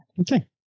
Okay